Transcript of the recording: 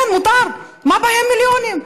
כן, מותר, מה הבעיה עם מיליונים?